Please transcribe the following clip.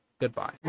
Goodbye